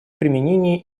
применении